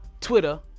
Twitter